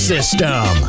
System